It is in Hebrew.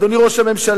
אדוני ראש הממשלה,